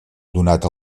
donat